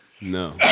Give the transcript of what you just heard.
No